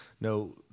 no